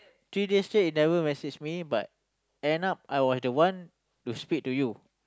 three days straight you never message me end up I was the one to speak to you